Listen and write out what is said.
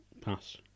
Pass